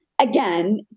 again